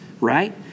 right